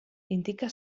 indica